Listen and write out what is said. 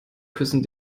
küssen